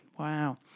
Wow